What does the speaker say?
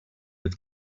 have